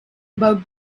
about